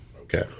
Okay